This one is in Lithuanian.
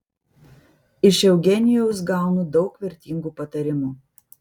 iš eugenijaus gaunu daug vertingų patarimų